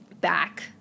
back